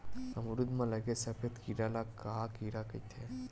अमरूद म लगे सफेद कीरा ल का कीरा कइथे?